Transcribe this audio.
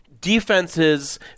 defenses